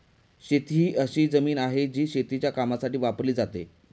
शेती ही अशी जमीन आहे, जी शेतीच्या कामासाठी वापरली जाते